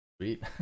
sweet